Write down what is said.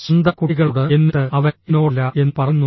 സ്വന്തം കുട്ടികളോട് എന്നിട്ട് അവൻ എന്നോടല്ല എന്ന് പറയുന്നു